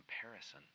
comparison